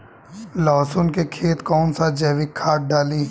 लहसुन के खेत कौन सा जैविक खाद डाली?